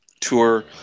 tour